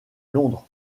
londres